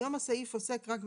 היום הסעיף עוסק רק בנשים,